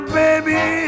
baby